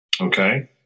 okay